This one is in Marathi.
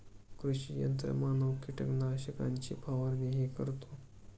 कृषी यंत्रमानव कीटकनाशकांची फवारणीही करतो